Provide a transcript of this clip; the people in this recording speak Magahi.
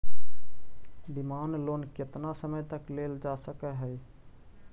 डिमांड लोन केतना समय तक लेल जा सकऽ हई